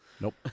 Nope